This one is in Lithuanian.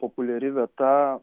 populiari vieta